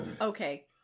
Okay